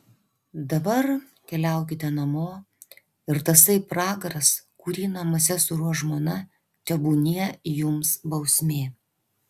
dabar keliaukite namo ir tasai pragaras kurį namuose suruoš žmona tebūnie jums bausmė